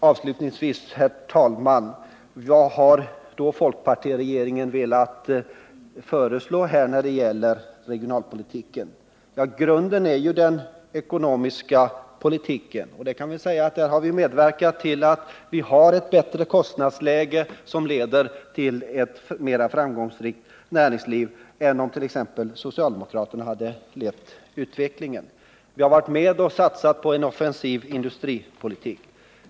Avslutningsvis, herr talman: Vad har då folkpartiregeringen velat föreslå när det gäller regionalpolitiken? Grunden är ju den ekonomiska politiken. Vi har medverkat till ett bättre kostnadsläge, som leder till ett mera framgångsrikt näringsliv än om t.ex. socialdemokraterna hade styrt utvecklingen. Vi har varit med om att satsa på en offensiv industripolitik.